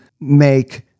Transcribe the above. make